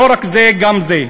לא רק זה, גם זה: